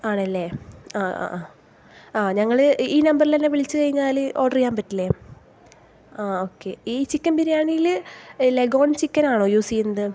ആണല്ലേ ആ ആ ഞങ്ങൽ ഈ നമ്പറിലെന്നെ വിളിച്ചു കഴിഞ്ഞാൽ ഓർഡർ ചെയ്യാൻ പറ്റില്ലേ ആഹ് ഓക്കെ ഈ ചിക്കൻ ബിരിയാണിയിൽ ലഗോൺ ചിക്കൻ ആണോ യൂസ് ചെയ്യുന്നത്